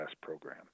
program